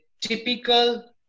typical